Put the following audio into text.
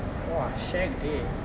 !wah! shag day